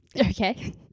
okay